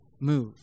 move